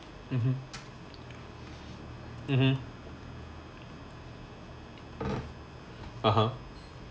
mmhmm mmhmm (uh huh)